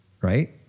right